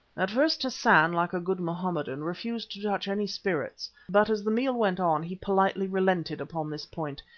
at first hassan, like a good mohammedan, refused to touch any spirits, but as the meal went on he politely relented upon this point,